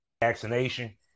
vaccination